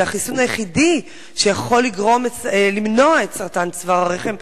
זה החיסון היחידי שיכול למנוע את סרטן צוואר הרחם,